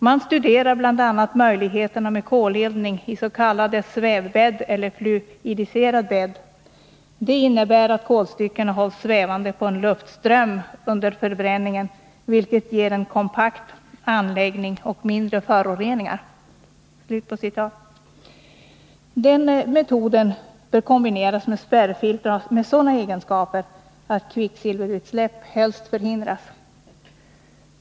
Man studerar bl.a. möjligheterna med koleldning i s.k. svävbädd eller fluidiserad bädd. Det innebär att kolstyckena hålls svävande på en luftström under förbränningen, vilket ger en kompakt anläggning och mindre föroreningar.” Den metoden bör kombineras med spärrfilter innehållande sådana egenskaper att kvicksilverutsläpp helst förhindras.